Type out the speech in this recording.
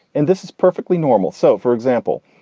and this is perfectly normal. so, for example,